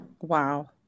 Wow